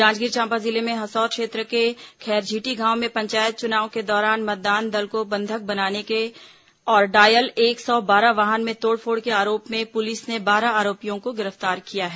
जांजगीर चांपा जिले में हसौद क्षेत्र के खैरझिटी गांव में पंचायत चुनाव के दौरान मतदान दल को बंधक बनाने और डायल एक सौ बारह वाहन में तोड़फोड़ के आरोप में पुलिस ने बारह आरोपियों को गिरफ्तार किया है